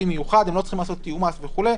מיוחד והם לא צריכים לעשות תיאום מס וכו'.